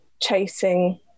chasing